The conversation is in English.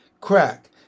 crack